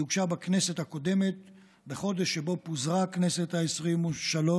היא הוגשה בכנסת הקודמת בחודש שבו פוזרה הכנסת העשרים-ושלוש,